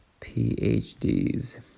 PhDs